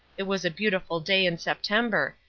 it was a beautiful day in september,